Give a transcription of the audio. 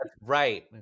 right